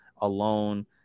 alone